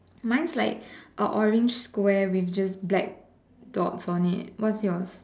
mine is like a orange square with just black dots on it what's yours